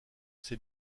ses